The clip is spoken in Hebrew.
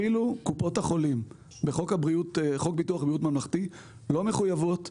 אפילו קופות החולים בחוק ביטוח בריאות ממלכתי לא מחויבות בפריסה,